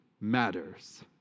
matters